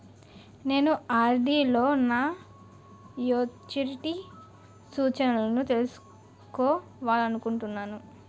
నేను నా ఆర్.డి లో నా మెచ్యూరిటీ సూచనలను తెలుసుకోవాలనుకుంటున్నాను